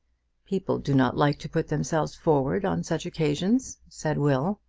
people do not like to put themselves forward on such occasions, said will.